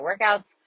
workouts